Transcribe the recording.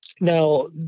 now